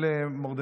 מוותר,